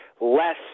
less